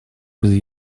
без